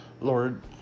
Lord